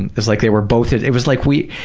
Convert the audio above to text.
and it was like they were both, it it was like we,